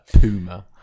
Puma